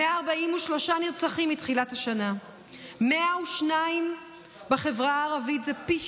143 נרצחים מתחילת השנה, 102 בחברה הערבית, זה פי